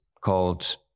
called